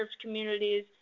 communities